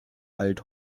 alt